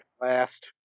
last